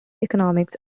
economics